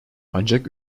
ancak